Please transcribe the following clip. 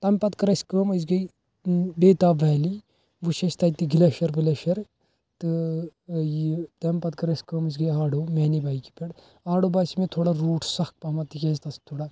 تَمہِ پَتہٕ کٔر اسہِ کٲم أسۍ گٔے بیتاب ویلی وُچھ اسہِ تتہِ تہِ گلیشیر ولیشیر تہٕ ٲں یہِ تَمہِ پَتہٕ کٔر اسی کٲم أسۍ گٔے آڑو میٛانیٚے بایکہِ پٮ۪ٹھ آڑو باسیٛو مےٚ تھوڑا روٗٹ سکھ پَہمَتھ تِکیٛاز تتھ چھِ تھوڑا